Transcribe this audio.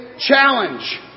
challenge